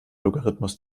logarithmus